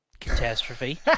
catastrophe